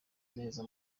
neza